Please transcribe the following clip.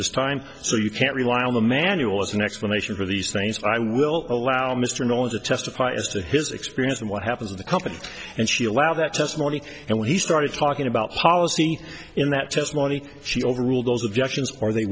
this time so you can't rely on the manual as an explanation for these things i will allow mr nolan to testify as to his experience and what happens in the company and she allowed that testimony and when he started talking about policy in that testimony she overruled those objections or they